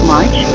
March